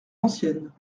ancienne